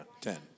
ten